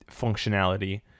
functionality